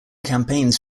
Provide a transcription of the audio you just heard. campaigns